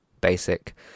basic